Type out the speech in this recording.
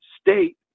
state